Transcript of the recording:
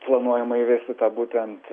planuojama įvesti tą būtent